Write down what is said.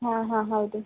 ಹಾಂ ಹಾಂ ಹೌದು